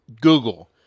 Google